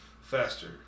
faster